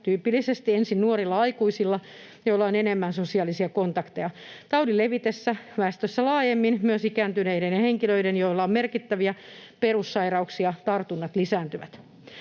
tyypillisesti ensin nuorilla aikuisilla, joilla on enemmän sosiaalisia kontakteja. Taudin levitessä väestössä laajemmin myös ikääntyneiden ja henkilöiden, joilla on merkittäviä perussairauksia, tartunnat lisääntyvät.